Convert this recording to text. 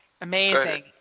amazing